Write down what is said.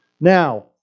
Now